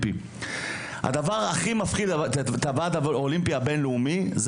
הדבר שמפחיד את הוועד הבינלאומי יותר